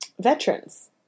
veterans